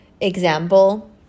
example